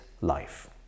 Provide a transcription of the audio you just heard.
life